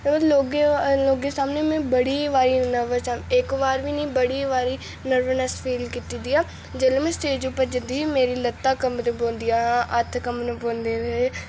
लोगें लोगें सामने में बड़ी बारी नर्वस इक बारी बी नी बड़ी बारी नर्वसनेस फील कीती दी ऐ जेल्ले मैं स्टेज उप्पर जंदी ही मेरियां लत्तां कम्बन लगी पौंदियां हा हत्थ क म्बन लगी पौंदे हे मेरे